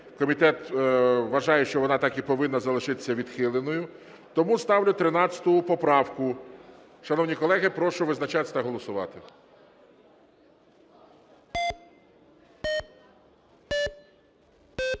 комітет вважає, що вона так і повинна залишитися відхиленою. Тому ставлю 13 поправку. Шановні колеги, прошу визначатися та голосувати.